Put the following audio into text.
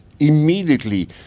immediately